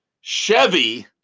Chevy